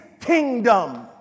kingdom